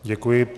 Děkuji.